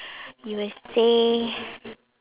you will say